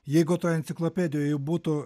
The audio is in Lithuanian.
jeigu toj enciklopedijoj būtų